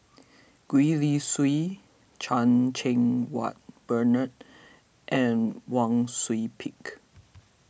Gwee Li Sui Chan Cheng Wah Bernard and Wang Sui Pick